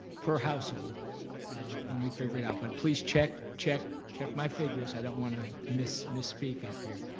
per household when we figure it out, but please check, check, check my figures, i don't want to misspeak misspeak up here.